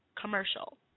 commercial